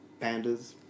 pandas